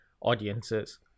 audiences